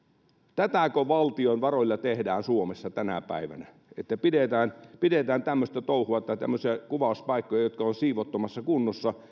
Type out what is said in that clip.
tätäkö valtion varoilla tehdään suomessa tänä päivänä pidetään pidetään tämmöistä touhua tai tämmöisiä kuvauspaikkoja jotka ovat siivottomassa kunnossa